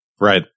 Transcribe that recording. Right